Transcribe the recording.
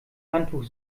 handtuch